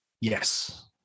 Yes